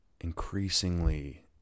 Increasingly